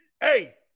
hey